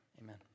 amen